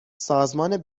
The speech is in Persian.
سازمان